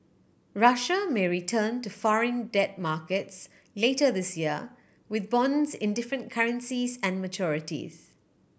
Russia may return to foreign debt markets later this year with bonds in different currencies and maturities